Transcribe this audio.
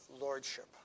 lordship